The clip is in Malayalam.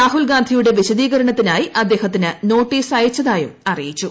രാഹുൽഗാന്ധിയുടെ വിശദീകരണത്തിനായി അദ്ദേഹത്തിന് നോട്ടീസ് അയച്ചതായും അറിയിച്ചു